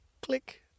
click